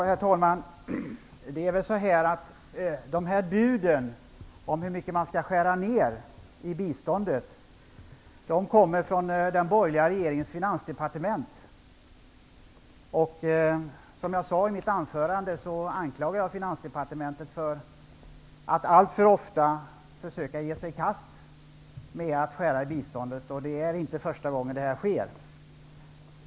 Herr talman! Buden om hur mycket man skall skära ned i biståndet kommer från den borgerliga regeringens finansdepartement. Som jag sade i mitt anförande anklagar jag Finansdepartementet för att alltför ofta försöka skära i biståndet. Detta är inte första gången det sker.